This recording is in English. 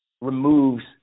removes